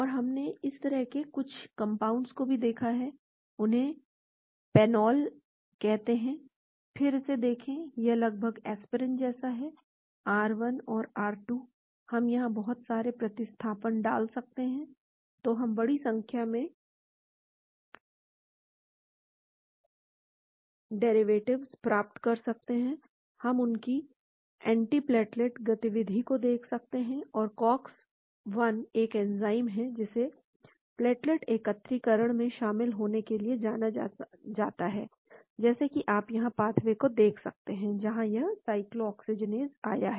और हमने इस तरह के कुछ कंपाउंड्स को भी देखा है उन्हें पैनोल कहते हैं फिर इसे देखें यह लगभग एस्पिरिन जैसा है आर 1 और आर 2 हम यहां बहुत सारे प्रतिस्थापन डाल सकते हैं तो हम बड़ी संख्या में डेरिवेटिव प्राप्त कर सकते हैं हम इनकी एंटीप्लेटलेट गतिविधि को देख सकते हैं और कॉक्स 1 एक एंजाइम है जिसे प्लेटलेट एकत्रीकरण में शामिल होने के लिए जाना जाता है जैसा कि आप यहाँ पाथवे को देख सकते हैं जहाँ यह साइक्लोऑक्सीजिनेज आया है